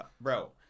Bro